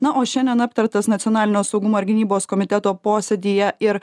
na o šiandien aptartas nacionalinio saugumo ir gynybos komiteto posėdyje ir